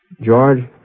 George